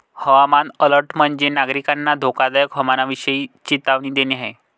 हवामान अलर्ट म्हणजे, नागरिकांना धोकादायक हवामानाविषयी चेतावणी देणे आहे